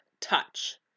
touch